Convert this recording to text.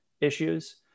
issues